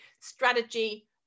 strategy